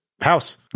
House